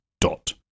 dot